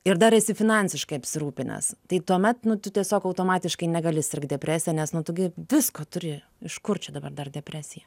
ir dar esi finansiškai apsirūpinęs tai tuomet nu tu tiesiog automatiškai negali sirgt depresija nes nu tu gi visko turi iš kur čia dabar dar depresija